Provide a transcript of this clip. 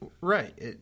Right